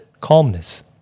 calmness